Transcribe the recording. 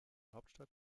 hauptstadt